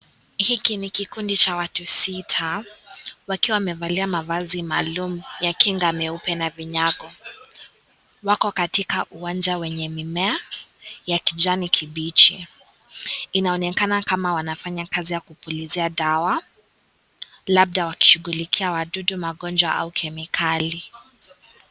Hiki ni kikundi cha watu sita, wakiwa wamevalia mavazi maalum ya kinga meupe na vinyago. Wako katika uwanja wenye mimea ya kijani kibichi. Inaonekana kama wanafanya kazi ya kupulizia dawa, labda wakishughulikia wadudu, magonjwa au kemikali.